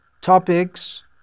topics